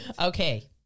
Okay